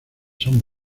son